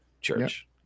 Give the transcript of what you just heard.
church